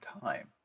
time